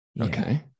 Okay